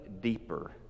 deeper